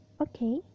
Okay